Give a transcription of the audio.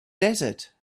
desert